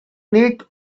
need